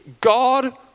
God